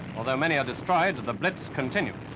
although many are destroyed, the blitz continues.